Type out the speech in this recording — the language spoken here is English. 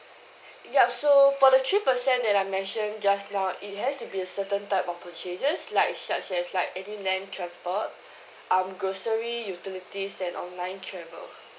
yup so for the three percent that I mentioned just now it has to be a certain type of purchases like such as like adding land transport um grocery utilities and online travel